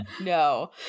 no